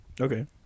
Okay